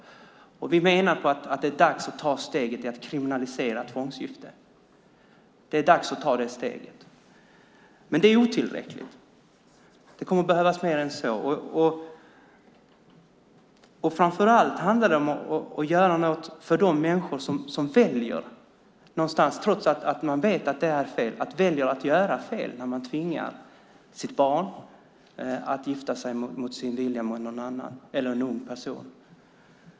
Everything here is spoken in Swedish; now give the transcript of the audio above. Vi menar att det är dags att ta steget att kriminalisera tvångsgifte. Det är dags att ta det steget. Men det är otillräckligt, det kommer att behövas mer än så. Framför allt handlar det om att göra något för de människor som väljer - även om de någonstans vet att det är fel - att göra fel när de tvingar sitt barn, en ung person, att gifta sig mot egen vilja.